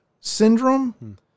syndrome